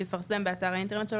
יפרסם באתר האינטרנט שלו,